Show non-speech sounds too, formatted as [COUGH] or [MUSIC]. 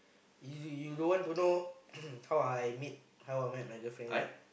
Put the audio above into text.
you you you don't want to know [COUGHS] how I meet how I met my girlfriend is it